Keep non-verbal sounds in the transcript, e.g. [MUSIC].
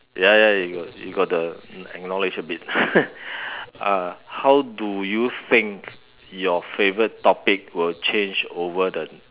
ya ya you got you got to acknowledge a bit [LAUGHS] uh how do you think your favourite topic will change over the